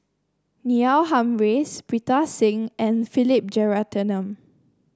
Neil Humphreys Pritam Singh and Philip Jeyaretnam